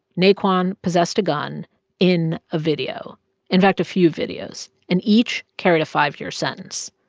naquan possessed a gun in a video in fact, a few videos. and each carried a five-year sentence,